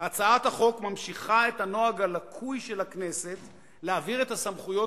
הצעת החוק ממשיכה את הנוהג הלקוי של הכנסת של העברת הסמכויות